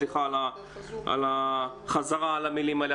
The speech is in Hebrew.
סליחה על החזרה על המילים האלה.